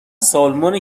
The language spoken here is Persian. سالمون